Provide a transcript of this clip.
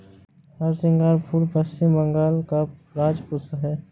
हरसिंगार फूल पश्चिम बंगाल का राज्य पुष्प है